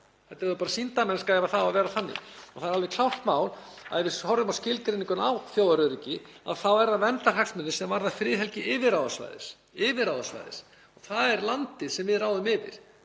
Þetta er bara sýndarmennska ef það á að vera þannig. Það er alveg klárt mál að ef við horfum á skilgreininguna á þjóðaröryggi þá eru það verndarhagsmunir sem varða friðhelgi yfirráðasvæðis. Það er landið sem við ráðum yfir